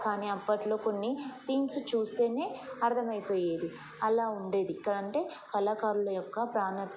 కానీ అప్పట్లో కొన్ని సీన్స్ చూస్తేనే అర్థమైపోయేది అలా ఉండేది ఎక్కడంటే కళాకారుల యొక్క ప్రాణ